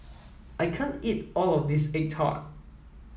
I can't eat all of this egg tart